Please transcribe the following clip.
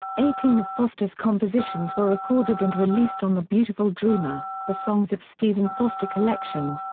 eighteen of foster's compositions were recorded and released on the beautiful dreamer the songs of stephen foster collection.